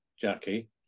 Jackie